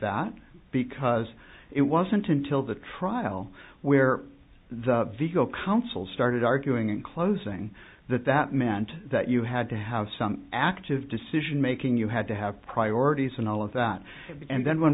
that because it wasn't until the trial where the vigo counsel started arguing in closing that that meant that you had to have some active decision making you had to have priorities and all of that and then when